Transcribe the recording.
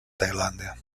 tailàndia